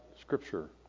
Scripture